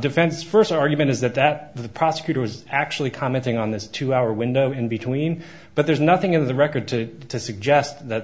defense first argument is that that the prosecutor was actually commenting on this two hour window in between but there's nothing in the record to suggest that